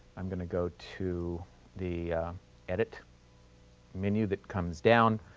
i'm going to go to the edit menu that comes down.